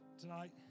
tonight